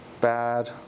bad